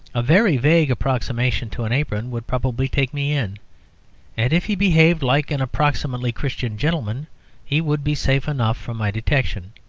a very vague approximation to an apron would probably take me in and if he behaved like an approximately christian gentleman he would be safe enough from my detection.